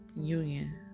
union